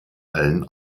allen